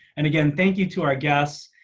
and again, thank you to our guests,